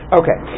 okay